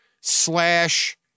Slash